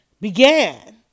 began